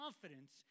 confidence